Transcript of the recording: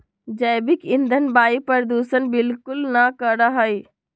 जैविक ईंधन वायु प्रदूषण बिलकुल ना करा हई